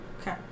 Okay